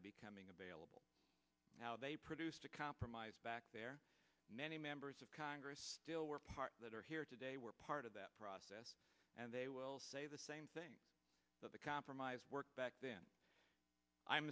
a becoming available now they produced a compromise back there many members of congress still were part that are here today we're part of that process and they will say the same thing that the compromise worked back then i'm